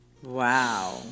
Wow